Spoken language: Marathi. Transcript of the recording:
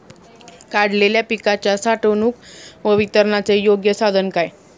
काढलेल्या पिकाच्या साठवणूक व वितरणाचे योग्य साधन काय?